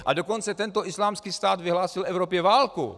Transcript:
A dokonce tento islámský stát vyhlásil Evropě válku!